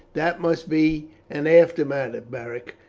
that must be an after matter, beric,